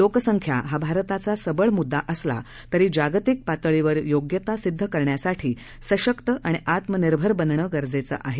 लोकसंख्याहाभारताचासबळमुद्दाअसलातरीजागतिकपातळीवरयोग्यतासिद्धकरण्यासाठीसशक्त आत्मनिर्भरबनणंगरजेचं आहे